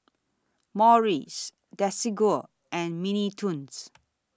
Morries Desigual and Mini Toons